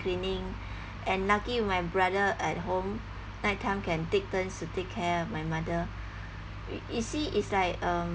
cleaning and lucky my brother at home night time can take turns to take care my mother you see it's like um